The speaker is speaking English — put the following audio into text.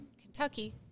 kentucky